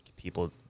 People